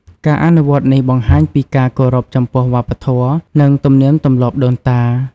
ការអនុវត្តន៍នេះបង្ហាញពីការគោរពចំពោះវប្បធម៌ និងទំនៀមទម្លាប់ដូនតា។